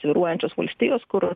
svyruojančios valstijos kur